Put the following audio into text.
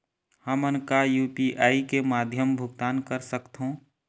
हमन का यू.पी.आई के माध्यम भुगतान कर सकथों?